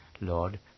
Lord